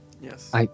Yes